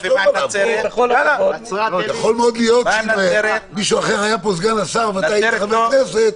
יכול מאוד להיות שאם מישהו אחר היה פה סגן השר ואתה היית חבר כנסת,